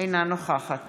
אינה נוכחת